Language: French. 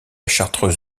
chartreuse